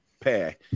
pair